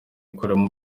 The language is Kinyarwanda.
ikoreramo